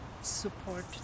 support